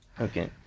Okay